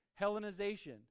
Hellenization